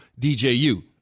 DJU